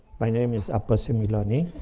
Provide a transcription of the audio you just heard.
my name is abbas milani.